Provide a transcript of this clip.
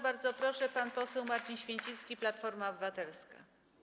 Bardzo proszę, pan poseł Marcin Święcicki, Platforma Obywatelska.